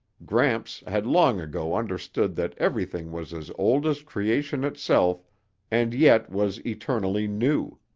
gramps had long ago understood that everything was as old as creation itself and yet was eternally new.